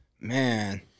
Man